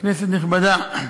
כנסת נכבדה,